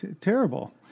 Terrible